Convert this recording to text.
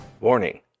Warning